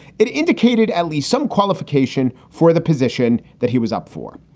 it indicated at least some qualification for the position that he was up for.